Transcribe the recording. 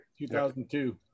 2002